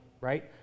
right